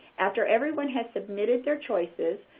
after everyone has submitted their choices,